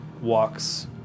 walks